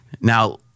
Now